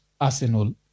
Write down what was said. Arsenal